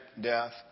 death